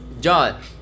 John